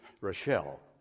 Rochelle